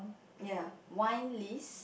ya wine list